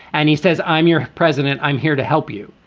and he says, i'm your president. i'm here to help you.